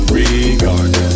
regardless